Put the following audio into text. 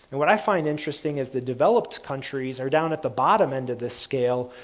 and what i find interesting is the developed countries are down at the bottom end of the scale,